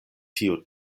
tio